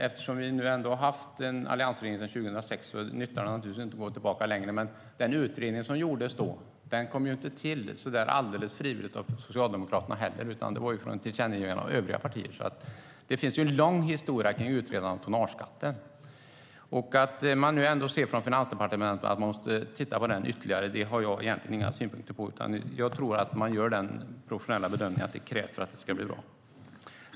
Eftersom vi ändå har haft en alliansregering sedan 2006 nyttar det naturligtvis inte att gå tillbaka längre, men den utredning som gjordes då kom ju inte till så där alldeles frivilligt från Socialdemokraterna heller, utan det var efter ett tillkännagivande av övriga partier. Det finns en lång historia kring utredandet av tonnageskatten. Att man på Finansdepartementet ändå ser att man nu måste titta på den ytterligare har jag egentligen inga synpunkter på. Jag tror att man gör den professionella bedömningen att det krävs för att det ska bli bra.